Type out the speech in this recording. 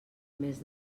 mes